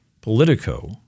Politico